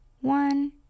one